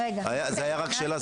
זה היה רק שאלה,